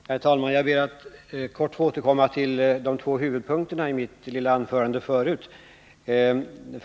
Herr talman! Jag ber att kort få återkomma till de två huvudpunkterna i mitt lilla anförande tidigare.